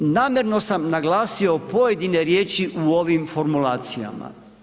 Namjerno sam naglasio pojedine riječi u ovim formulacijama.